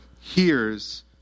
hears